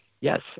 Yes